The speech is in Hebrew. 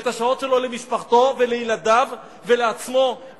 ואת השעות שלו למשפחתו ולילדיו ולעצמו,